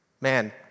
man